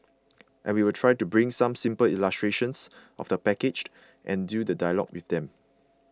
and we will try to bring some simple illustrations of the package and do the dialogue with them